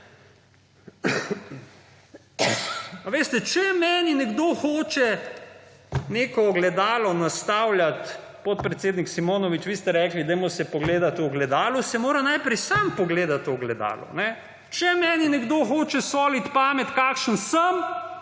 Veste, če meni nekdo hoče neko ogledalo nastavljati, podpredsednik Simonovič, vi ste rekli, dajmo se pogledati v ogledalo, se mora najprej sam pogledati v ogledalo. Če meni nekdo hoče soliti pamet kakšen sem,